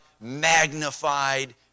magnified